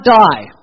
die